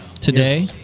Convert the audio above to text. today